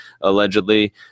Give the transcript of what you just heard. allegedly